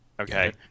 Okay